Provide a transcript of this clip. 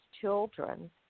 children